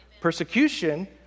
Persecution